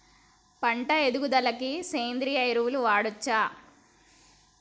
పంట ఎదుగుదలకి సేంద్రీయ ఎరువులు వాడచ్చా?